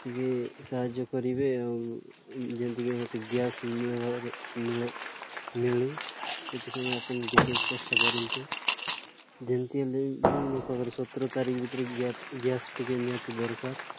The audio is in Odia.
ଟିକିଏ ସାହାଯ୍ୟ କରିବେ ଆଉ ଯେମିତିକି ମୋତେ ଗ୍ୟାସ୍ ମିଳିବ ମିଳୁ ସେଥିପାଇଁ ଆପଣ ଟିକିଏ ଚେଷ୍ଟା କରନ୍ତୁ ଯେମିତି ହେଲେ ମୋ ପାଖରେ ସତର ତାରିଖ ଭିତରେ ଗ୍ୟାସ୍ ଟିକିଏ ନିହାତି ଦରକାର